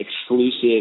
exclusive